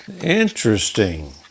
Interesting